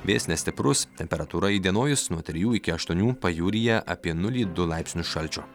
vėjas nestiprus temperatūra įdienojus nuo trijų iki aštuonių pajūryje apie nulį du laipsnius šalčio